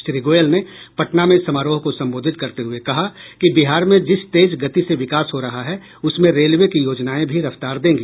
श्री गोयल ने पटना में समारोह को संबोधित करते हुये कहा कि बिहार में जिस तेज गति से विकास हो रहा है उसमें रेलवे की योजनाएं भी रफ्तार देगी